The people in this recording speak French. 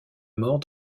mort